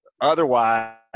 Otherwise